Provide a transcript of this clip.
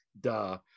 duh